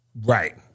Right